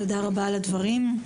תודה רבה על הדברים,